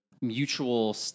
mutual